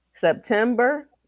September